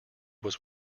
was